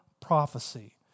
prophecy